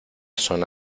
zona